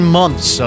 months